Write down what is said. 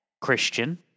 Christian